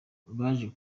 baje